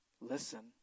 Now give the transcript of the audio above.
listen